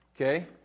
okay